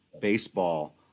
baseball